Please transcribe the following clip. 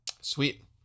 sweet